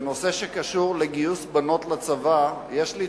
זה נושא שקשור לגיוס בנות לצבא.